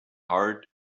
hearty